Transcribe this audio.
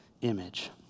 image